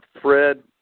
Fred